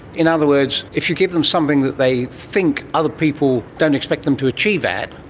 in other words, if you give them something that they think other people don't expect them to achieve at,